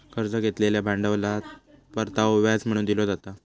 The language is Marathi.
कर्ज घेतलेल्या भांडवलात परतावो व्याज म्हणून दिलो जाता